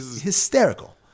hysterical